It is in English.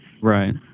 Right